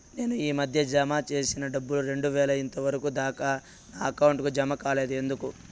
నేను ఈ మధ్య జామ సేసిన డబ్బులు రెండు వేలు ఇంతవరకు దాకా నా అకౌంట్ కు జామ కాలేదు ఎందుకు?